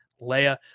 Leia